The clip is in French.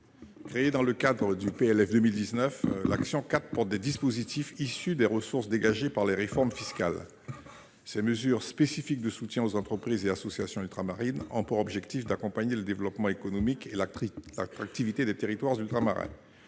créée dans le cadre du PLF pour 2019, et qui soutient des dispositifs grâce aux ressources dégagées par les réformes fiscales. Ces mesures spécifiques de soutien aux entreprises et associations ultramarines ont pour objet d'accompagner le développement économique et l'attractivité des territoires ultramarins.